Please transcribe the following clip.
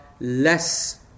less